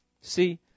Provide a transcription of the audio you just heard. See